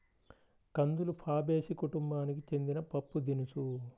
కందులు ఫాబేసి కుటుంబానికి చెందిన పప్పుదినుసు